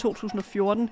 2014